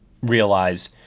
realize